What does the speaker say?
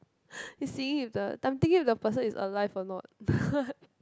is seeing if the I'm thinking if the person is alive or not